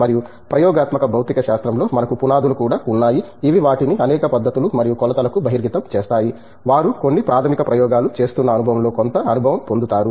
మరియు ప్రయోగాత్మక భౌతిక శాస్త్రంలో మనకు పునాదులు కూడా ఉన్నాయి ఇవి వాటిని అనేక పద్ధతులు మరియు కొలతలకు బహిర్గతం చేస్తాయి వారు కొన్ని ప్రాథమిక ప్రయోగాలు చేస్తున్న అనుభవంలో కొంత అనుభవం పొందుతారు